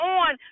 on